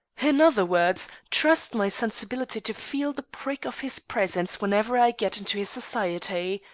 in other words, trust my sensibility to feel the prick of his presence whenever i get into his society.